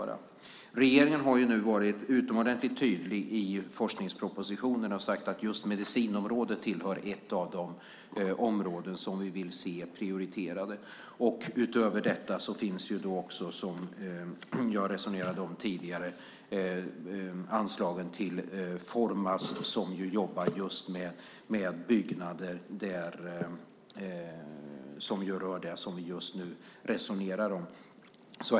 Regeringen har varit utomordentligt tydlig i forskningspropositionen och sagt att medicinområdet hör till de områden som vi vill se prioriterade. Utöver detta finns, som jag resonerade om tidigare, anslagen till Formas som jobbar med byggnader och sådant som rör det som vi just resonerar om.